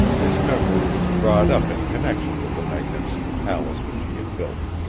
his memory was brought up in connection with the magnificent palace which he had built,